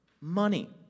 money